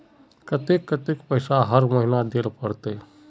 केते कतेक पैसा हर महीना देल पड़ते?